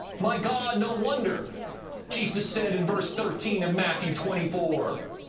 my god, no wonder jesus said in verse thirteen of matthew twenty four.